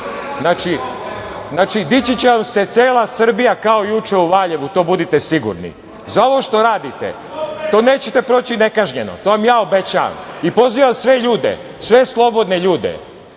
znači dići će se cela Srbija kao juče u Valjevu, to budite sigurni.Za ovo što radite, to nećete proći nekažnjeno i to vam ja obećavam i pozivam ljude, sve slobodne ljude